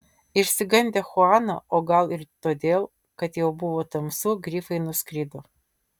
išsigandę chuano o gal ir todėl kad jau buvo tamsu grifai nuskrido